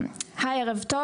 ערב טוב,